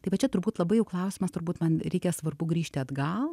tai va čia turbūt labai jau klausimas turbūt man reikia svarbu grįžti atgal